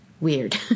weird